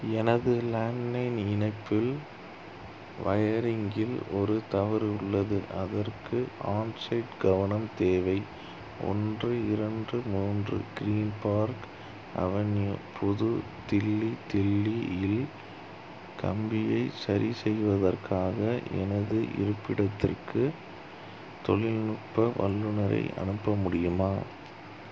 எனது லேண்ட்லைன் இணைப்பில் ஒயரிங்கில் ஒரு தவறு உள்ளது அதற்கு ஆன்சைட் கவனம் தேவை ஒன்று இரண்டு மூன்று க்ரீன் பார்க் அவென்யூ புது தில்லி தில்லி இல் கம்பியை சரிசெய்வதற்காக எனது இருப்பிடத்திற்கு தொழில்நுட்ப வல்லுநரை அனுப்ப முடியுமா